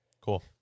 Cool